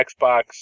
Xbox